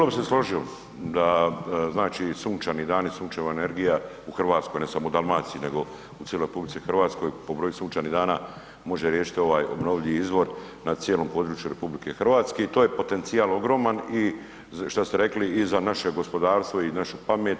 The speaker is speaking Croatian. Pa u cijelo bi se složio da sunčani dani, sunčeva energija u Hrvatskoj ne samo u Dalmaciji nego u cijeloj RH po broju sunčanih dana može riješiti ovaj obnovljivi izvor na cijelom području RH i to je potencijal ogroman i šta ste rekli i za naše gospodarstvo i našu pamet.